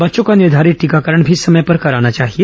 बच्चों का निर्धारित टीकाकरण भी समय पर कराना चाहिए